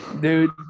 Dude